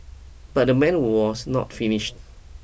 but the man was not finished